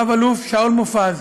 רא"ל שאול מופז,